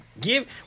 give